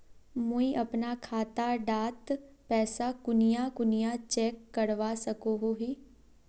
मुई अपना खाता डात पैसा कुनियाँ कुनियाँ चेक करवा सकोहो ही?